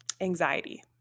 anxiety